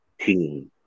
team